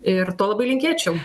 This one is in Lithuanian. ir to labai linkėčiau